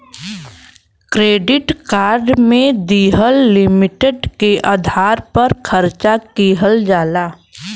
credit card में दिहल limit के आधार पर खर्च किहल जाला